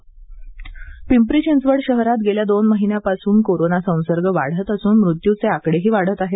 विद्युत दाहिन्या पिंपरी चिंचवड शहरात गेल्या दोन महिन्यांपासून कोरोना संसर्ग वाढत असून मृत्यूचे आकडेही वाढत आहेत